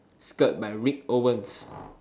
skirt by Rick Owens